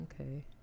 okay